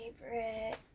favorite